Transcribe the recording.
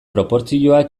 proportzioa